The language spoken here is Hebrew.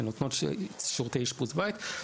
שנותנות שירותי אשפוז בית.